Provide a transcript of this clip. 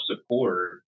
support